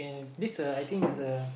this a I think is a